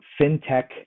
fintech